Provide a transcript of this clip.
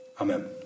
Amen